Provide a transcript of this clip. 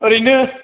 ओरैनो